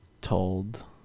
told